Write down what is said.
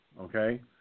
okay